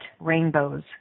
Rainbows